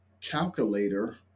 calculator